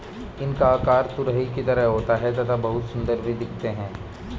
इनका आकार तुरही की तरह होता है तथा बहुत सुंदर भी दिखते है